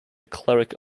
cleric